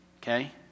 okay